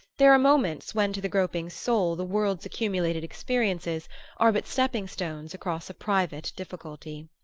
there are moments when to the groping soul the world's accumulated experiences are but stepping-stones across a private difficulty.